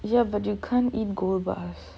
ya but you can't eat gold bars